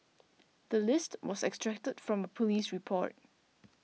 the list was extracted from a police report